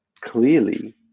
clearly